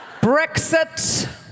Brexit